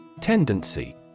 Tendency